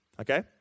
okay